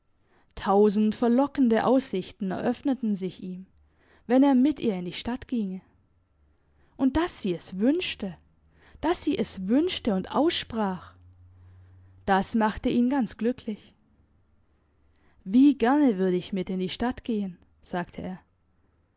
tausend verlockende aussichten eröffneten sich ihm wenn er mit ihr in die stadt ginge und dass sie es wünschte dass sie es wünschte und aussprach das machte ihn ganz glücklich wie gerne würde ich mit in die stadt gehen sagte er